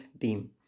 theme